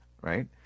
right